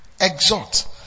exhort